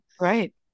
right